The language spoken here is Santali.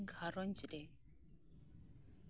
ᱟᱞᱮ ᱜᱷᱟᱨᱚᱧᱡᱽ ᱨᱮ